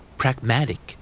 pragmatic